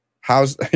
how's